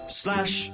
slash